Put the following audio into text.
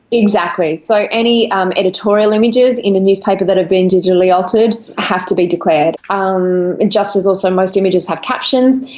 exactly, so any um editorial images in a newspaper that have been digitally altered have to be declared. ah um and just as also most images have captions,